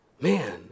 Man